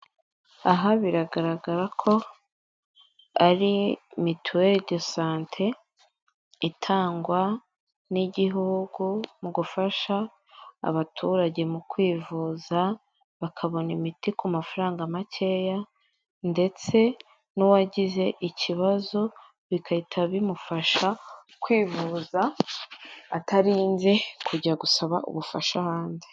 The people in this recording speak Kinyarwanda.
Aha biragaragara ko ari mituweri de sante, itangwa n'igihugu mu gufasha abaturage mu kwivuza, bakabona imiti ku mafaranga makeya, ndetse n'uwagize ikibazo bigahita bimufasha kwivuza, atarinze kujya gusaba ubufasha ahandi.